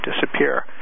disappear